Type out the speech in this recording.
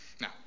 Now